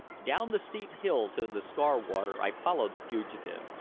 down the steep hill to the scarwater i followed the fugitive,